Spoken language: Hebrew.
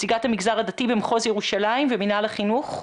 נציגת המגזר הדתי במחוז ירושלים ומינהל החינוך.